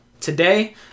today